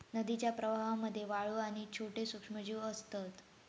नदीच्या प्रवाहामध्ये वाळू आणि छोटे सूक्ष्मजीव असतत